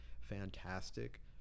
fantastic